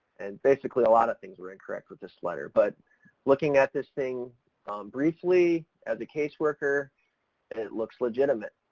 and basically a lot of things were incorrect with this letter. but looking at this thing briefly as a caseworker and it looks legitimate.